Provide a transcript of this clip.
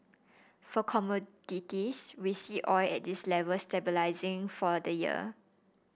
for commodities we see oil at this level stabilising for the year